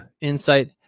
insight